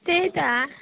त्यही त